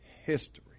history